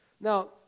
Now